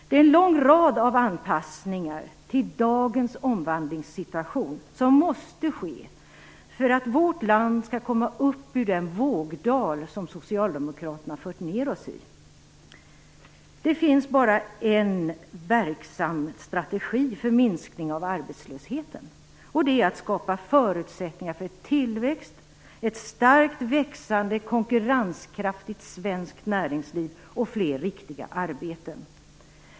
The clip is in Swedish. Det är en lång rad av anpassningar till dagens omvandlingssituation som måste ske för att vårt land skall komma upp ur den vågdal som Socialdemokraterna har fört oss ned i. Det finns bara en verksam strategi för minskning av arbetslösheten, och det är att skapa förutsättningar för tillväxt, ett starkt växande, konkurrenskraftigt svenskt näringsliv och fler riktiga arbeten.